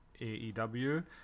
AEW